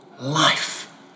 life